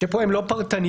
שפה הן לא פרטניות,